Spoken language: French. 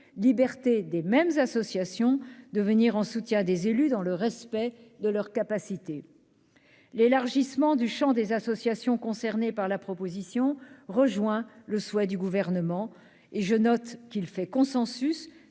liberté des mêmes associations de soutenir les élus dans le respect de leurs capacités. L'élargissement du champ des associations concernées par la proposition de loi rejoint le souhait du Gouvernement ; je note qu'il fait consensus,